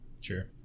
Sure